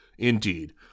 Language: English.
Indeed